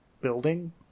building